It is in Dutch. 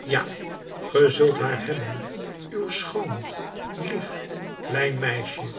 ja ge zult haar hebben uw schoon lief klein meisje